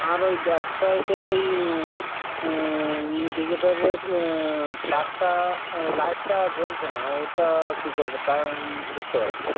আর ওই ব্যাক সাইটের ওই ইনটিগেটারের তারটা লাইটটা জ্বলছে না ওটা কী করবো তা আমি বুঝতে পারছি না